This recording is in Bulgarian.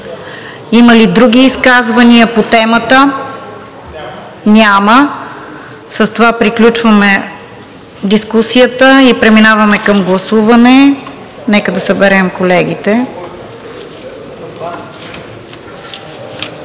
Има ли други изказвания по темата? Няма. С това приключваме дискусията. Преминаваме към гласуване. Гласуваме Проект